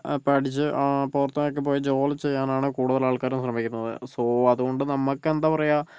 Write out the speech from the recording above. പഠിച്ച് പുറത്തൊക്കെ പോയി ജോലി ചെയ്യാനാണ് കൂടുതലാൾക്കാരും ശ്രമിക്കുന്നത് സോ അതുകൊണ്ട് നമുക്കെന്താ പറയുക